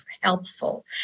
helpful